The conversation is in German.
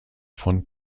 von